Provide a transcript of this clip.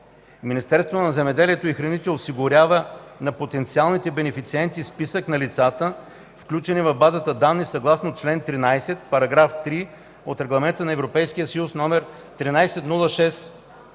Министерството на земеделието и храните осигурява на потенциалните бенефициенти списък на лицата, включени в базата данни, съгласно чл. 13, параграф 3 от Регламент (ЕС) № 1306/2013.”